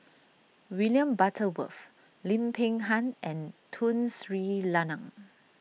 William Butterworth Lim Peng Han and Tun Sri Lanang